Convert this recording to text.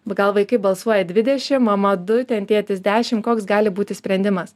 gal vaikai balsuoja dvidešim mama du ten tėtis dešim koks gali būti sprendimas